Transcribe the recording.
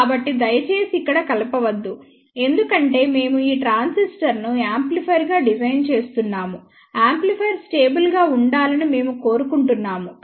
కాబట్టి దయచేసి ఇక్కడ కలపవద్దు ఎందుకంటే మేము ఈ ట్రాన్సిస్టర్ను యాంప్లిఫైయర్గా డిజైన్ చేస్తున్నాము యాంప్లిఫైయర్ స్టేబుల్ గా ఉండాలని మేము కోరుకుంటున్నాము